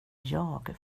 jag